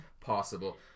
possible